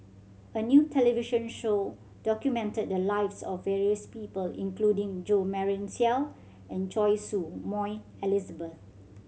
a new television show documented the lives of various people including Jo Marion Seow and Choy Su Moi Elizabeth